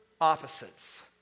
opposites